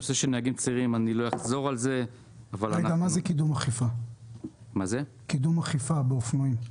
מה זה קידום אכיפה באופנועים?